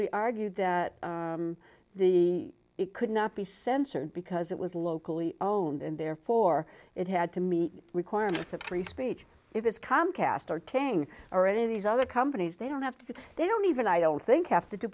we argued that the it could not be censored because it was locally owned and therefore it had to meet requirements of free speech if it's comcast are taking or any of these other companies they don't have to they don't even i don't think ha